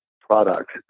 product